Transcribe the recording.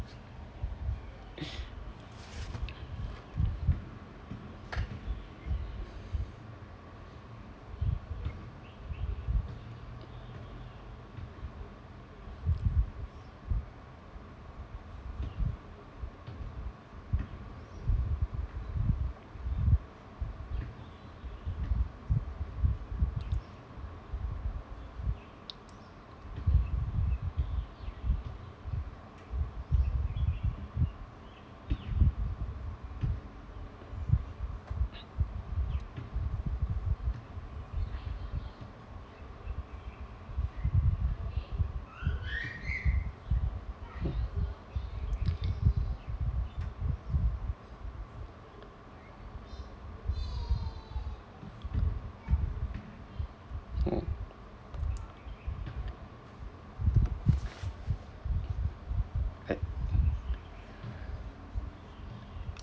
oh I